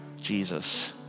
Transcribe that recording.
Jesus